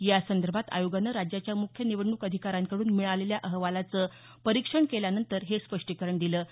या संदर्भात आयोगानं राज्याच्या मुख्य निवडणूक अधिकाऱ्यांकडून मिळालेल्या अहवालाचं परीक्षण केल्यानंतर हे स्पष्टीकरण दिलं आहे